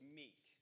meek